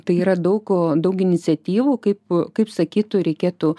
tai yra daug daug iniciatyvų kaip kaip sakytų reikėtų